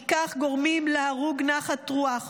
כי כך גורמים להרוג נחת רוח.